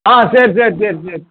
ஆ சரி சரி சரி சரி